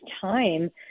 time